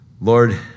Lord